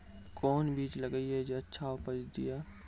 कोंन बीज लगैय जे अच्छा उपज दिये?